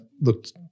looked